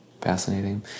Fascinating